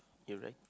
you're right